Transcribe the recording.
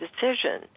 decision